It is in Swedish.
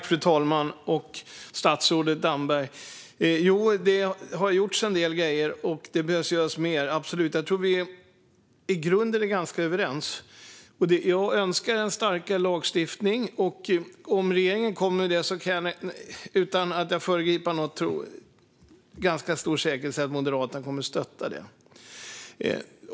Fru talman! Ja, det har gjorts en del grejer, och det behöver absolut göras mer. Jag tror att vi i grunden är ganska överens. Jag önskar en starkare lagstiftning. Om regeringen kommer med förslag om det kan jag, utan att föregripa något, med ganska stor säkerhet säga att Moderaterna kommer att stötta det.